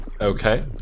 okay